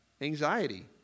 Anxiety